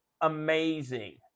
amazing